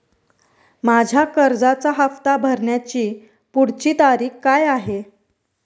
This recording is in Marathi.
माझ्या कर्जाचा हफ्ता भरण्याची पुढची तारीख काय आहे?